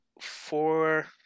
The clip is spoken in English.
four